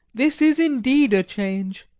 this is indeed a change.